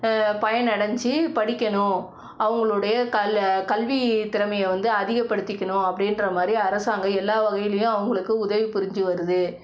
பயனடைஞ்சு படிக்கணும் அவங்களுடைய கல் கல்வி திறமையை வந்து அதிகப்படுத்திக்கணும் அப்படின்ற மாதிரி அரசாங்கம் எல்லா வகையிலையும் அவங்களுக்கு உதவி புரிஞ்சு வருது